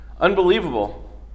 unbelievable